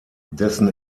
dessen